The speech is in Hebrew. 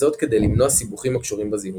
וזאת כדי למנוע סיבוכים הקשורים בזיהום.